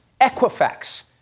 Equifax